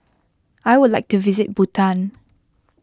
I would like to visit Bhutan